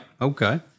okay